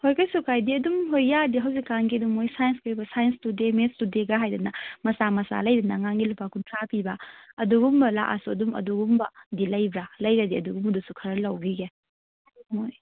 ꯍꯣꯏ ꯀꯩꯁꯨ ꯀꯥꯏꯗꯦ ꯑꯗꯨꯝ ꯍꯣꯏ ꯌꯥꯔꯗꯤ ꯍꯧꯖꯤꯛ ꯀꯥꯟ ꯑꯗꯨꯝ ꯃꯣꯏ ꯁꯥꯏꯟꯁꯀꯤ ꯑꯣꯏꯕ ꯁꯥꯏꯟꯁ ꯇꯨꯗꯦ ꯃꯦꯠꯁ ꯇꯨꯗꯦꯒ ꯍꯥꯏꯗꯅ ꯃꯆꯥ ꯃꯆꯥ ꯂꯩꯗꯅ ꯑꯉꯥꯡꯒꯤ ꯂꯨꯄꯥ ꯀꯨꯟꯊ꯭ꯔꯥ ꯄꯤꯕ ꯑꯗꯨꯒꯨꯝꯕ ꯂꯥꯛꯂꯁꯨ ꯑꯗꯨꯝ ꯑꯗꯨꯒꯨꯝꯕꯒꯤ ꯂꯩꯕ꯭ꯔꯥ ꯂꯩꯔꯗꯤ ꯑꯗꯨꯒꯨꯝꯕꯗꯨꯁꯨ ꯈꯔ ꯂꯧꯕꯤꯒꯦ ꯃꯣꯏ